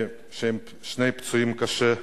שני פצועים קשה,